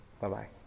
Bye-bye